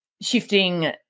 shifting